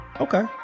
Okay